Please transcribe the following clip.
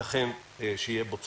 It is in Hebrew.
ייתכן שיהיה בו צורך.